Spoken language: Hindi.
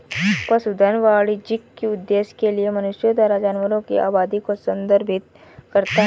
पशुधन वाणिज्यिक उद्देश्य के लिए मनुष्यों द्वारा जानवरों की आबादी को संदर्भित करता है